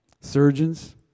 Surgeons